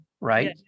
right